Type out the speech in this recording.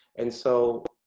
and so